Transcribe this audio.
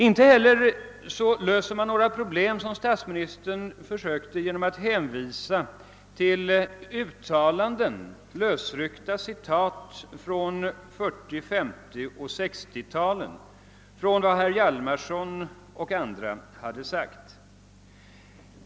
Inte heller löser man några problem, som statsministern försökte göra, genom att hänvisa till lösryckta citat från 1940-, 1950 och 1960-talen — från vad herr Hjalmarson och andra sagt.